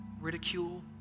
ridicule